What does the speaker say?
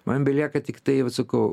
man belieka tiktai vat sakau